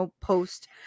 post